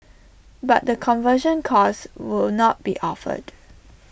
but the conversion course will not be offered